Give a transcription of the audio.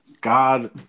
God